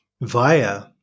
via